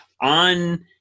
on